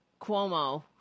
Cuomo